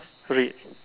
red